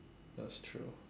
that's true